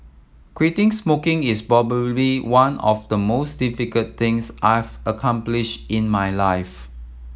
quitting smoking is probably one of the most difficult things I've accomplished in my life